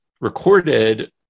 recorded